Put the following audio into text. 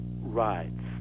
rides